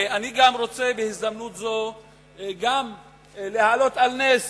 ואני גם רוצה בהזדמנות זו להעלות על נס